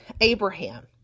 Abraham